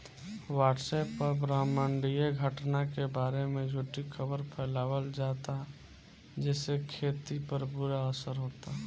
WhatsApp पर ब्रह्माण्डीय घटना के बारे में झूठी खबर फैलावल जाता जेसे खेती पर बुरा असर होता